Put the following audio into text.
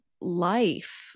life